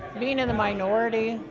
being in the minority,